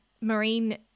marine